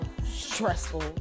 stressful